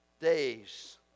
days